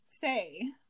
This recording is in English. say